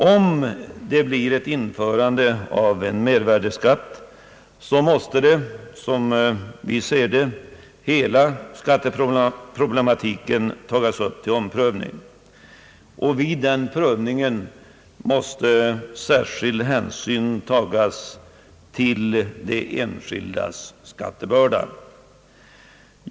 Om en mervärdeskatt kommer att införas måste, som vi ser det, hela skatteproblematiken tagas upp till omprövning, och vid den prövningen måste särskild hänsyn tagas till de enskildas skattebörda.